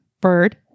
bird